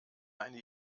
eine